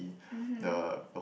mmhmm